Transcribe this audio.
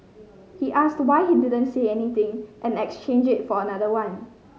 he asked why he didn't say anything and exchange it for another one